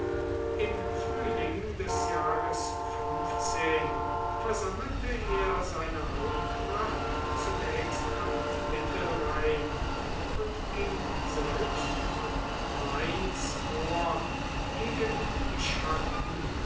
im frühling des jahres versammelte er seine hauptmacht zunächst am mittelrhein und ging selbst von mainz vor gegen die chatten